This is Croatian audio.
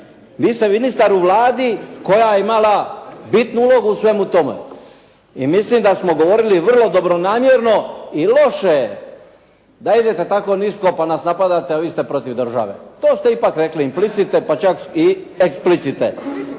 Vi ste ministar u Vladi koja je imala bitnu ulogu u svemu tome. I mislim da smo govorili vrlo dobronamjerno i loše da idete tako nisko pa nas napadate vi ste protiv države. To ste ipak rekli implicite, pa čak i eksplicite.